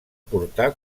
portar